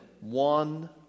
one